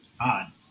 Odd